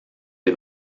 des